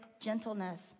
gentleness